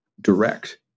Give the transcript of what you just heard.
direct